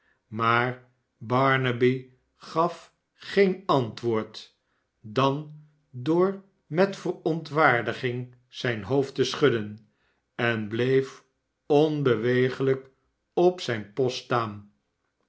maar barnaby gaf geen antwoord dan door met verontwaardiging zijn hoofd te schudden en bleef onbewegelijk op zijn post staan